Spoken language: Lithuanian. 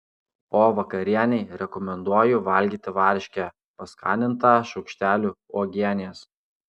o vakarienei rekomenduoju valgyti varškę paskanintą šaukšteliu uogienės